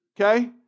Okay